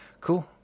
cool